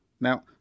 Now